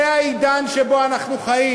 זה העידן שבו אנחנו חיים.